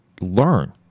learn